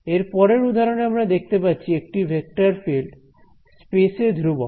এরপরের উদাহরণে আমরা দেখতে পাচ্ছি একটি ভেক্টর ফিল্ড স্পেস এ ধ্রুবক